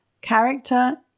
Character